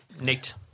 Nate